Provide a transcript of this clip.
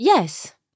Yes